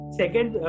second